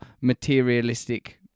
materialistic